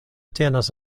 tenas